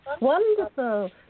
Wonderful